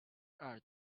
are